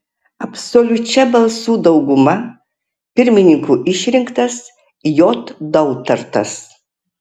absoliučia balsų dauguma pirmininku išrinktas j dautartas